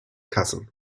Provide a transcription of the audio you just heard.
cousin